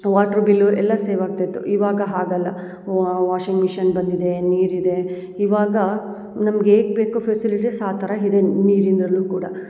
water bill ಎಲ್ಲ save ಆಗ್ತಿತ್ತು ಇವಾಗ ಹಾಗಲ್ಲ ವಾಷಿಂಗ್ ಮಿಷಿನ್ ಬಂದಿದೆ ನೀರಿದೆ ಇವಾಗ ನಮ್ಗೆ ಹೇಗೆ ಬೇಕೋ ಫೆಸಿಲಿಟಿಸ್ ಆ ಥರ ಇದೆ ನೀರಿಂದ್ರಲ್ಲು ಕೂಡ